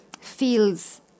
feels